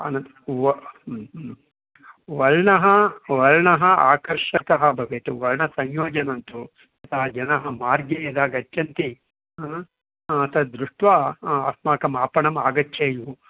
अनन्तरं व ह्म् ह्म् वर्णः वर्णः आकर्षकः भवेत् वर्णसंयोजनं तु अतः जनाः मार्गे यदा गच्छन्ति हा तद्दृष्ट्वा अस्माकम् आपणम् आगच्छेयुः